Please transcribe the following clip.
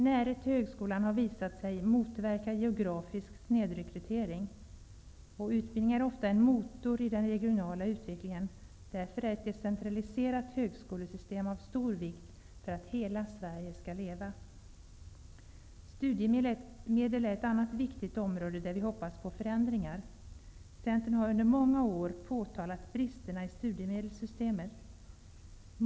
Närhet till högskola har visat sig motverka geografisk snedrekrytering. Utbildning är ofta en motor i den regionala utvecklingen. Därför är ett decentraliserat högskolesystem av stor vikt för att hela Sverige skall leva. Studiemedlen är ett annat viktigt område där vi hoppas på förändringar. Centern har under många år påtalat bristerna i studiemedelssystemet.